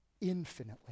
infinitely